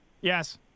Yes